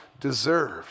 deserve